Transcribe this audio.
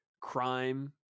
crime